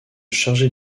chargé